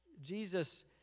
Jesus